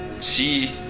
see